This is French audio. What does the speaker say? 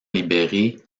libéré